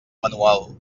manual